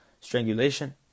strangulation